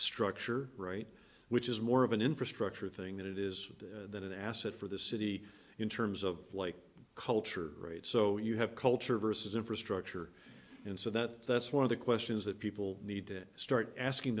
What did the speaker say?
structure right which is more of an infrastructure thing that it is than an asset for the city in terms of like culture right so you have culture versus infrastructure and so that's that's one of the questions that people need to start asking